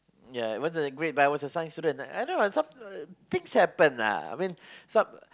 ya wasn't a grade but I was a science student I don't know lah some things happen lah I mean some